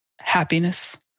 happiness